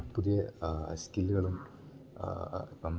പുതിയെ സ്കില്ല്കളും ഇപ്പം